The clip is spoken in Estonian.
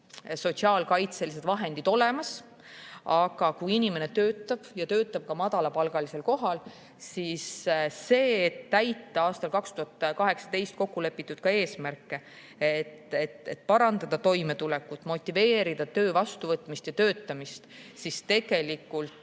sotsiaalkaitselised vahendid olemas, aga kui inimene töötab madalapalgalisel kohal, siis [selleks], et täita aastal 2018 kokku lepitud eesmärke, et parandada toimetulekut, motiveerida töö vastuvõtmist ja töötamist, tuleks